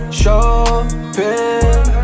shopping